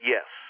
Yes